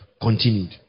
continued